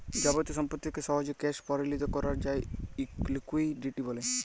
যাবতীয় সম্পত্তিকে সহজে ক্যাশ পরিলত করাক যায় লিকুইডিটি ব্যলে